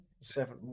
Seven